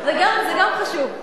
זה גם חשוב.